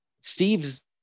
Steve's